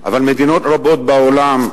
אבל מדינות רבות בעולם,